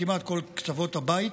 כמעט מכל קצוות הבית,